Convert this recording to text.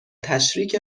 تشریک